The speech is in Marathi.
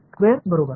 स्क्वेअर बरोबर